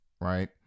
Right